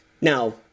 Now